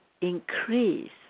increase